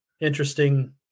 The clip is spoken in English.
interesting